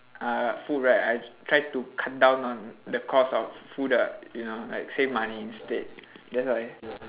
uh food right I try to cut down on the costs of food ah you know like save money instead that's why